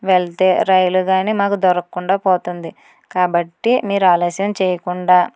వెళ్తే రైలు కానీ మాకు దొరకకుండా పోతుంది కాబట్టి మీరు ఆలస్యం చేయకుండా